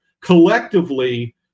collectively